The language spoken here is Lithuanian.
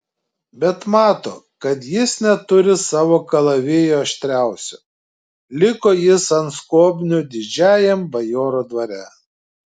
bet mato kad jis neturi savo kalavijo aštriausio liko jis ant skobnių didžiajam bajoro dvare